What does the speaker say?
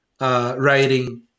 writing